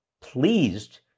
pleased